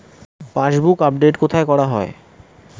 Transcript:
Passbook update কোথায় করা হয়?